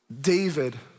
David